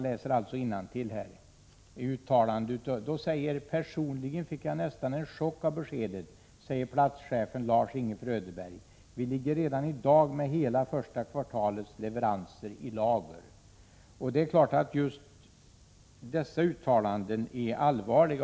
Vidare kunde jag läsa: ”- Personligen fick jag nästan en chock av beskedet, säger platschefen Lars-Inge Fröderberg. Vi ligger redan i dag med hela första kvartalets leveranser i lager!” Det är klart att just dessa uttalanden är allvarliga.